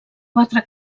quatre